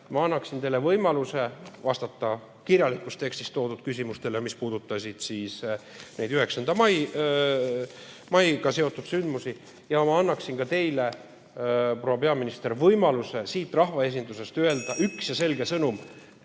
ma annan teile võimaluse vastata kirjalikus tekstis toodud küsimustele, mis puudutasid 9. maiga seotud sündmusi. Ja ma annan teile, proua peaminister, võimaluse siit rahvaesinduse saalist öelda üks selge sõnum: